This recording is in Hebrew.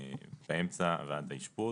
באמצע ועד האשפוז,